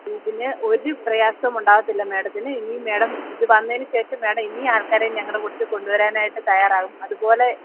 ഇതിന് ഒരു പ്രയാസവും ഉണ്ടാകത്തില്ല മേഡത്തിന് ഇനിയും മേഡം ഇത് വന്നതിന് ശേഷം മേഡം ഇനി ആൾക്കാരേയും ഞങ്ങളുടെ കൂട്ടത്തിൽ കൊണ്ടുവരാനായിട്ട് തയാറാകും അതുപോലെ